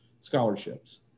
scholarships